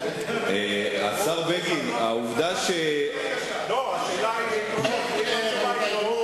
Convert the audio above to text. רבותי, כל הכבוד